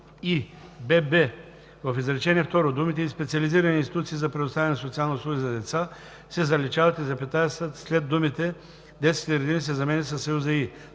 бб) в изречение второ думите „и специализирани институции за предоставяне на социални услуги за деца“ се заличават, и запетаята след думите „детските градини“ се заменя със съюза